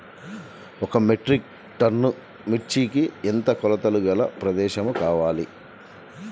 ఒక metric ton మిర్చికి ఎంత కొలతగల ప్రదేశము కావాలీ?